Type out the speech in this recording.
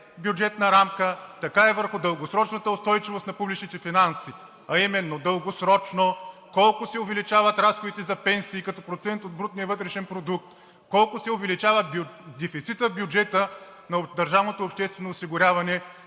бюджетна рамка, така и върху дългосрочната устойчивост на публичните финанси, а именно: дългосрочно колко се увеличават разходите за пенсии като процент от брутния вътрешен продукт; колко се увеличава дефицитът в бюджета на държавното обществено осигуряване